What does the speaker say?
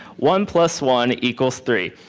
one plus one equals three.